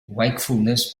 wakefulness